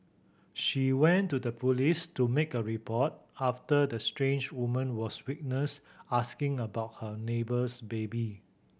she went to the police to make a report after the strange woman was witnessed asking about her neighbour's baby